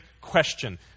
question